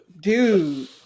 dude